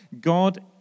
God